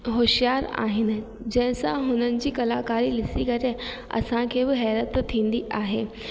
हुशियारु आहिनि जंहिं सां हुननि जी कलाकारी ॾिसी करे असांखे बि हैरत थींदी आहे